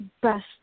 best